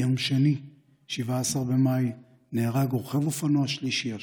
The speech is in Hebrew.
ביום שני, 17 במאי, נהרג רוכב אופנוע שלישי השבוע,